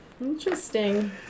interesting